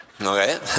okay